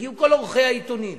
והגיעו כל עורכי העיתונים